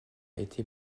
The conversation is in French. été